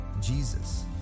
Jesus